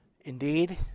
indeed